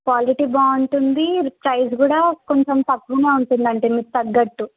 quality బాగుంటుంది price కూడా కొంచెం తక్కువగానే ఉంటుందండి మీకు తగ్గట్టు